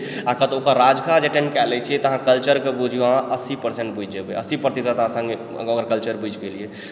आ कतौके राजकाज एटेण्ड कऽ लै छियै तऽ अहाँ कल्चरके बुझियौ अहाँ अस्सी परसेंट बुझि जेबै अस्सी पर्तिशत अहाँ सङ्गे ओकर कल्चर बुझि गेलियै